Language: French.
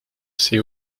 ces